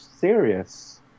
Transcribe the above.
serious